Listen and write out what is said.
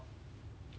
ya lah for them